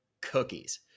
cookies